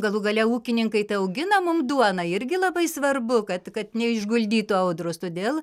galų gale ūkininkai augina mum duoną irgi labai svarbu kad kad neišguldytų audros todėl